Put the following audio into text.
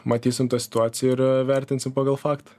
matysim tą situaciją ir vertinsim pagal faktą